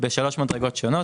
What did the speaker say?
בשלוש מדרגות שונות.